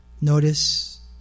Notice